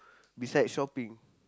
besides shopping